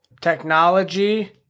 technology